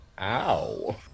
ow